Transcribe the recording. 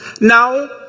Now